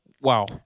Wow